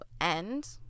end –